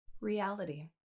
reality